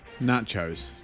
Nachos